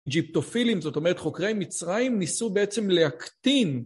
ג'יפטופילים, זאת אומרת חוקרי מצרים ניסו בעצם להקטין.